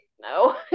no